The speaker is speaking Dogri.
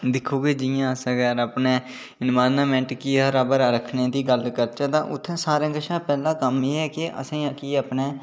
दिक्खो कि जि'यां अगर अस अपने इनवायरनमैंट गी हरा बरा रक्खने दी गल्ल करचै तां उत्थै सारें कशा पैहलें कम्म एह् ऐ कि उत्थै